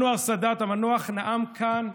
אנואר סאדאת המנוח נאם כאן,